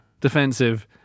defensive